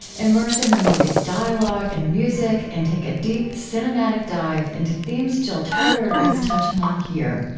immerse in the movie's dialogue and music, and take a deep cinematic dive into themes jill tarter is touching on here.